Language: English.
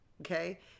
Okay